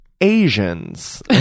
asians